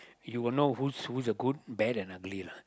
you will know who's who's a good bad and ugly lah